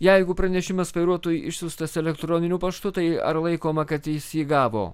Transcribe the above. jeigu pranešimas vairuotojui išsiųstas elektroniniu paštu tai ar laikoma kad jis jį gavo